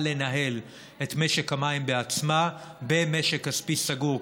לנהל את משק המים בעצמה במשק כספי סגור,